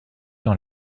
dans